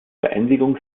beendigung